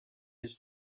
his